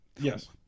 Yes